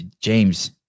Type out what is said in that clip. James